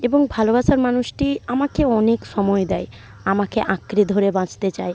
এবং ভালোবাসার মানুষটি আমাকে অনেক সময় দেয় আমাকে আঁকড়ে ধরে বাঁচতে চায়